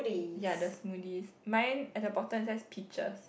ya the smoothies mine at the bottom is just peaches